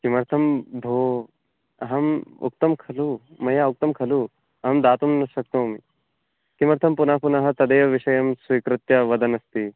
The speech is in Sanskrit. किमर्थं भोः अहम् उक्तं खलु मया उक्तं खलु अहं दातुं न शक्नोमि किमर्थं पुनः पुनः तदेव विषयं स्वीकृत्य वदन् अस्ति